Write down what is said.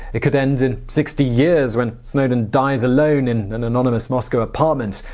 it could end in sixty years when snowden dies alone in an anonymous moscow apartment,